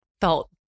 felt